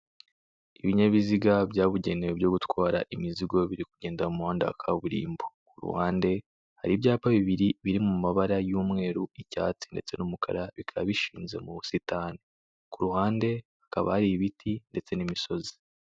Ibinyabiziga byabugenewe byo gutwara imizigo biri kugenda mu muhanda wa kaburimbo. Ku kuruhande hari ibyapa bibiri biri mu mabara y'umweru, icyatsi ndetse n'umukara bikaba bishinze mu busitani. Ku ruhande hakaba hari ibiti ndetse n'imisozi.